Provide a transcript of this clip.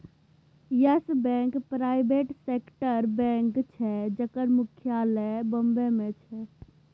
yes Bank private सेक्टरक bank छै जकर मुख्यालय बंबई मे छै